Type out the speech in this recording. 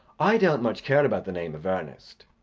i don't much care about the name of ernest.